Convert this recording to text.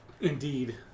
Indeed